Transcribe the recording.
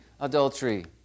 adultery